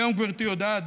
היום גברתי יודעת,